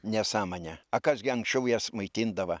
nesąmonė a kas gi anksčiau jas maitindava